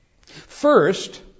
First